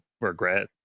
regret